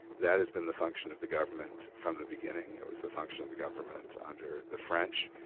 that has been the function of the government from the beginning. it was the function of the government under the french.